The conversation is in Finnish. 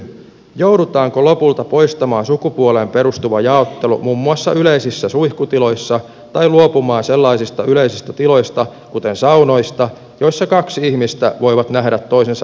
joudutaanko lopulta poistamaan sukupuoleen perustuva jaottelu muun muassa yleisissä suihkutiloissa tai luopumaan sellaisista yleisistä tiloista kuten saunoista joissa kaksi ihmistä voivat nähdä toisensa alastomina